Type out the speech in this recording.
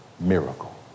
miracle